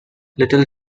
little